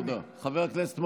תודה, אדוני.